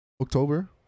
october